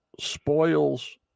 spoils